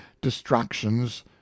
distractions